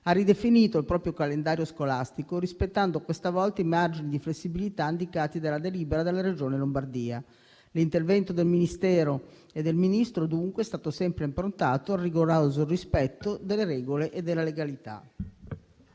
ha ridefinito il proprio calendario scolastico, rispettando questa volta i margini di flessibilità indicati dalla delibera della Regione Lombardia. L'intervento del Ministero e del Ministro è stato dunque sempre improntato al rigoroso rispetto delle regole e della legalità.